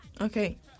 Okay